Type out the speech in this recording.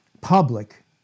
public